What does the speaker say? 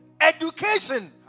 education